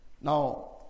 Now